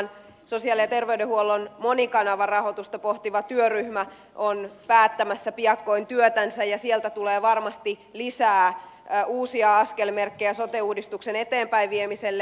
sosiaali ja terveydenhuollon monikanavarahoitusta pohtiva työryhmä on päättämässä piakkoin työtänsä ja sieltä tulee varmasti lisää uusia askelmerkkejä sote uudistuksen eteenpäinviemiselle